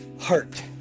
heart